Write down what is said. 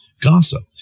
gossip